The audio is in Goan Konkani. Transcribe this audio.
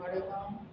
मडगांव